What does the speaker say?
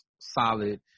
solid